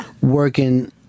working